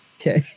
Okay